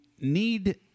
need